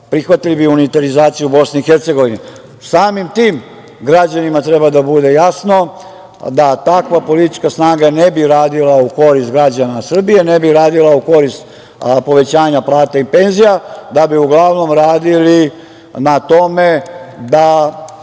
prihvatili bi unitarizaciju BiH.Samim tim građanima treba da bude jasno da takva politička snaga ne bi radila u korist građana Srbije, ne bi radili u korist povećanja plata i penzija, da bi uglavnom radili na tome da